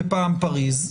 פעם פריס,